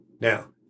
Now